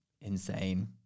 Insane